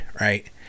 right